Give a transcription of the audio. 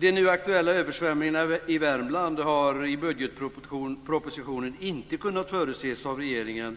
De nu aktuella översvämningarna i Värmland har inte kunnat förutses av regeringen i budgetpropositionen.